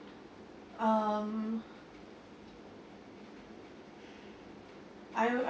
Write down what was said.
um I don't know